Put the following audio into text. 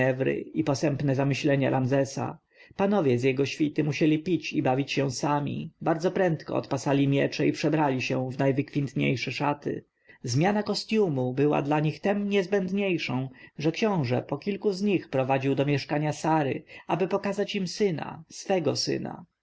i posępne zamyślenia ramzesa panowie z jego świty musieli pić i bawić się sami bardzo prędko odpasali miecze i przebrali się w najwykwintniejsze szaty zmiana kostjumu była dla nich tem niezbędniejszą że książę po kilku z nich prowadził do mieszkania sary aby pokazać im syna swego syna